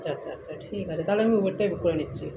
আচ্ছা আচ্ছা আচ্ছা ঠিক আছে তাহলে আমি উবরটাই বুক করে নিচ্ছি